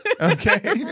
okay